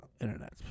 internet